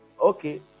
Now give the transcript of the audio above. Okay